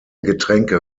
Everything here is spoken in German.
getränke